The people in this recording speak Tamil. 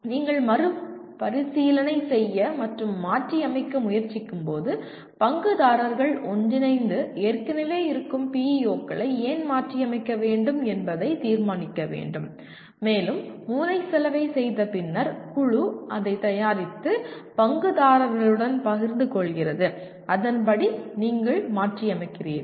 நீங்கள் மறுபரிசீலனை செய்ய மற்றும் மாற்றியமைக்க முயற்சிக்கும்போது பங்குதாரர்கள் ஒன்றிணைந்து ஏற்கனவே இருக்கும் PEO களை ஏன் மாற்றியமைக்க வேண்டும் என்பதை தீர்மானிக்க வேண்டும் மேலும் மூளைச்சலவை செய்த பின்னர் குழு அதைத் தயாரித்து பங்குதாரர்களுடன் பகிர்ந்து கொள்கிறது அதன்படி நீங்கள் மாற்றியமைக்கிறீர்கள்